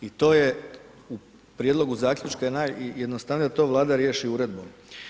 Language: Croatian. I to je u prijedlogu zaključka najjednostavnije da to Vlada riješi uredbom.